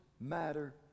matter